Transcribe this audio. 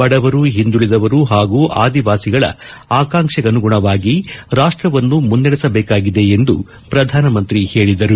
ಬಡವರು ಹಿಂದುಳಿದವರು ಹಾಗೂ ಆದಿವಾಸಿಗಳ ಆಕಾಂಕ್ಷೆಗನುಗುಣವಾಗಿ ರಾಷ್ಟವನ್ನು ಮುನ್ನಡೆಸಬೇಕಾಗಿದೆ ಎಂದು ಪ್ರಧಾನಮಂತ್ರಿ ಹೇಳಿದರು